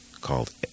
called